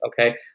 Okay